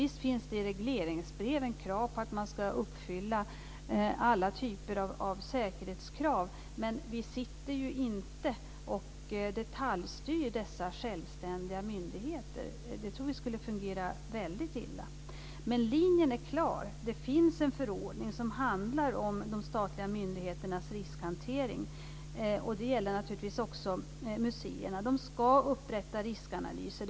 Visst finns det i regleringsbreven krav på att man ska uppfylla alla typer av säkerhetskrav, men vi sitter ju inte och detaljstyr dessa självständiga myndigheter. Det tror vi skulle fungera väldigt illa. Men linjen är klar. Det finns en förordning som handlar om de statliga myndigheternas riskhantering, och den gäller naturligtvis också museerna. De ska upprätta riskanalyser.